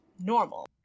normal